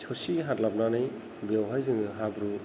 ससे हादलाबनानै बेवहाय जोङो हाब्रु